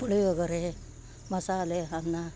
ಪುಳಿಯೋಗರೆ ಮಸಾಲೆ ಅನ್ನ